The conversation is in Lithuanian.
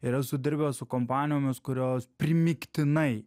ir esu dirbęs su kompanijomis kurios primygtinai